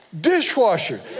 dishwasher